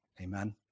Amen